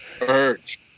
urge